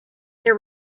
there